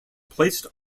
placed